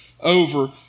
over